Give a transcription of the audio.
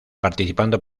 participando